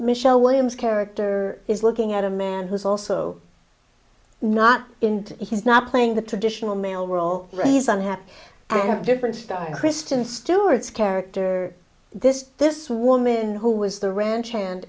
michelle williams character is looking at a man who's also not in his not playing the traditional male role raise unhappy and a different style kristen stewart's character this this woman who was the ranch hand